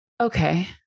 Okay